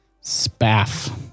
Spaff